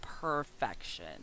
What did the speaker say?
perfection